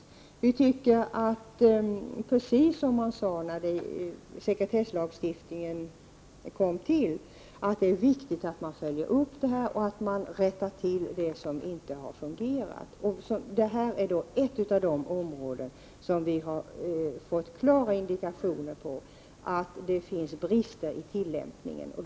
Vi tycker, och det är precis vad man gav uttryck för när sekretesslagstiftningen kom till, att det är viktigt att följa upp detta och att rätta till förhållandena när saker och ting inte har fungerat. Detta område är ett av de områden — det har vi fått klara indikationer på — där det finns brister i tillämpningen av lagen.